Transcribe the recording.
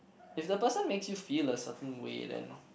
if the person makes you feel a certain way then